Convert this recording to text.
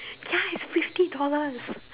ya it's fifty dollars